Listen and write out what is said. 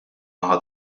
naħa